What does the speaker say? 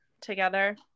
together